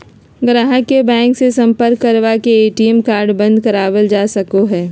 गाहक के बैंक मे सम्पर्क करवा के ए.टी.एम कार्ड बंद करावल जा सको हय